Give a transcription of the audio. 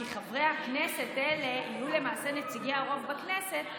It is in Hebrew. כי "חברי הכנסת" האלה יהיו למעשה נציגי הרוב בכנסת,